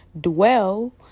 dwell